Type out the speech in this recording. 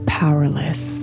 powerless